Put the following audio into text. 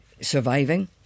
surviving